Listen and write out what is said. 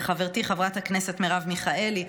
לחברתי הברת הכנסת מרב מיכאלי,